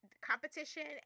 competition